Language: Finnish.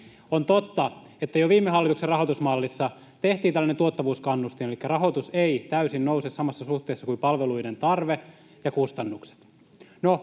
On totta, että jo viime hallituksen rahoitusmallissa tehtiin tällainen tuottavuuskannustin, elikkä rahoitus ei täysin nouse samassa suhteessa kuin palveluiden tarve ja kustannukset.